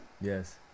Yes